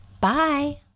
Bye